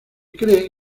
cree